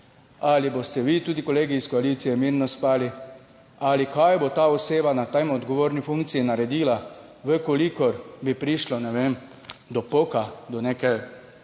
ali boste vi tudi kolegi iz koalicije mirno spali ali kaj bo ta oseba na tej odgovorni funkciji naredila, v kolikor bi prišlo ne vem, do poka, do neke